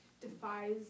defies